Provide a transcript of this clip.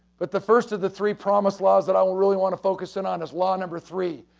but the first of the three promise laws that i will really want to focus and on is law number three.